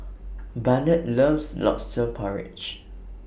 Barnett loves Lobster Porridge